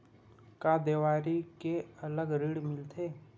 का देवारी के अलग ऋण मिलथे?